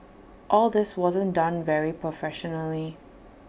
all this wasn't done very professionally